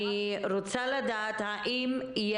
אני רוצה לדעת האם,